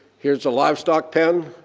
here's a livestock pen,